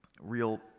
real